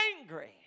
angry